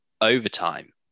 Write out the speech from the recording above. overtime